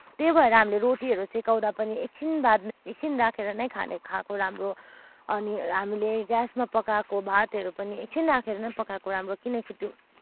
त्यही भएर हामीले रोटीहरू सेकाउँदा पनि एकछिन बाद एकछिन राखेर नै खाने खाएको राम्रो अनि हामीले ग्यासमा पकाएको भातहरू पनि एकछिन राखेर नै पकाएको राम्रो